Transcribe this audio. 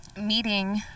meeting